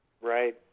right